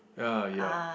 ya ya